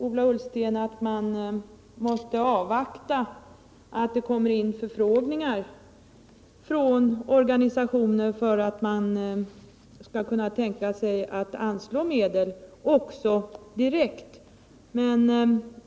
Ola Ullsten sade att man måste vänta tills det kommer förfrågningar från organisationer, innan man kan tänka sig att anslå medel direkt.